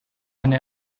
eine